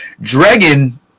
Dragon